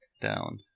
down